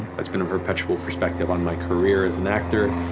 that's been a perpetual perspective on my career as an actor,